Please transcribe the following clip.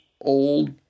old